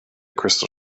crystal